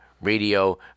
Radio